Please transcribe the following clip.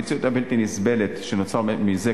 המציאות הבלתי נסבלת שנוצרה קיימת מזה